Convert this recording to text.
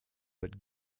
but